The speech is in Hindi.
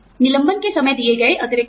निलंबन के समय दिए गए अतिरिक्त लाभ